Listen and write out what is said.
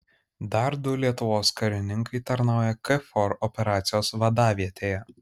dar du lietuvos karininkai tarnauja kfor operacijos vadavietėje